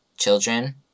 children